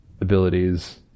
abilities